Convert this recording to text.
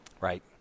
Right